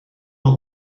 nog